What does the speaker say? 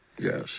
Yes